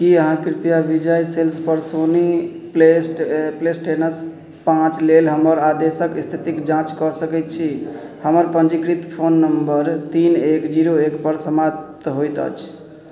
कि अहाँ कृपया विजय सेल्सपर सोनी प्ले स्ट ए प्लेस्टेशनके पाँच लेल हमर आदेशके इस्थितिके जाँच कऽ सकै छी हमर पञ्जीकृत फोन नम्बर तीन एक जीरो एकपर समाप्त होइत अछि